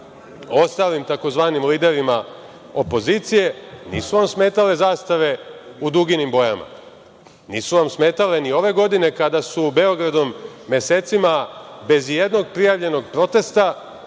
ostalim tzv. liderima opozicije, nisu vam smetale zastave u duginim bojama. Nisu vam smetale ni ove godine kada su Beogradom mesecima, bez ijednog prijavljenog protesta i